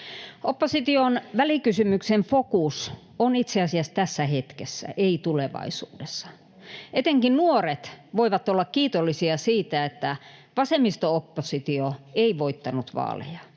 Opposition välikysymyksen fokus on itse asiassa tässä hetkessä, ei tulevaisuudessa. Etenkin nuoret voivat olla kiitollisia siitä, että vasemmisto-oppositio ei voittanut vaaleja.